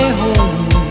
home